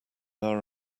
our